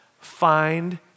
find